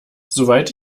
soweit